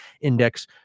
index